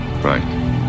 right